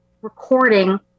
recording